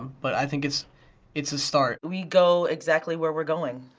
but i think it's it's a start. we go exactly where we're going,